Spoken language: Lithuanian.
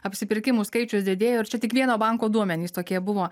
apsipirkimų skaičius didėjo ir čia tik vieno banko duomenys tokie buvo